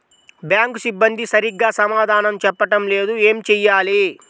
Bank సిబ్బంది సరిగ్గా సమాధానం చెప్పటం లేదు ఏం చెయ్యాలి?